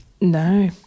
No